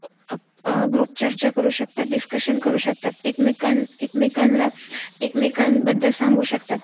up group चर्चा करू शकतात डिस्कशन करू शकतात एकमेकां एकमेकांना एकमेकांबद्दल सांगू शकतात